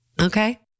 Okay